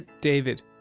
David